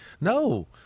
No